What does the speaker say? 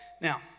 Now